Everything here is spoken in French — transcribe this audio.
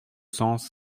cents